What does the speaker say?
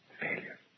Failure